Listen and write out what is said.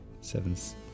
sevens